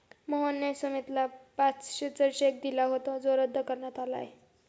मोहनने सुमितला पाचशेचा चेक दिला होता जो रद्द करण्यात आला आहे